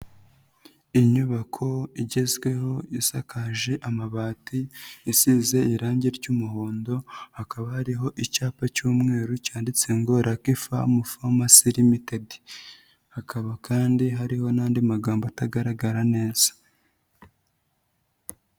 Inyubako igezweho isakaje amabati, isize irangi ry'umuhondo, hakaba hariho icyapa cy'umweru cyanditse ngo Lucky fam pharmacy limitted, hakaba kandi hariho n'andi magambo atagaragara neza.